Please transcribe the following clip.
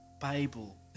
Bible